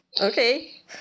Okay